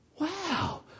Wow